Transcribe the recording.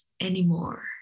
anymore